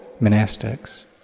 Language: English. monastics